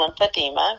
lymphedema